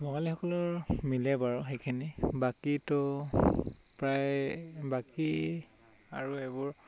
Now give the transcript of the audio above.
বঙালীসকলৰ মিলে বাৰু সেইখিনি বাকী ত' প্ৰায় বাকী আৰু এইবোৰ